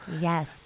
yes